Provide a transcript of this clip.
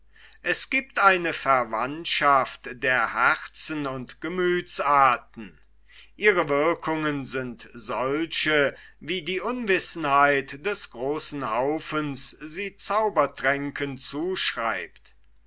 es giebt eine verwandtschaft der herzen und gemüthsarten ihre wirkungen sind solche wie die unwissenheit des großen haufens sie zaubertränken zuschreibt